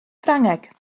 ffrangeg